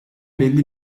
belli